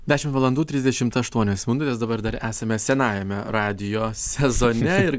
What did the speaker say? dešimt valandų trisdešimt aštuonios minutės dabar dar esame senajame radijo sezone ir